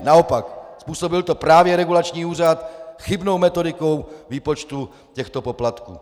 Naopak, způsobil to právě regulační úřad chybnou metodikou výpočtu těchto poplatků.